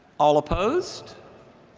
all opposed.